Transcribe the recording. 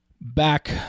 back